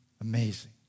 Amazing